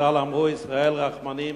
חז"ל אמרו: "ישראל רחמנים